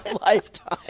lifetime